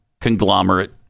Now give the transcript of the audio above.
conglomerate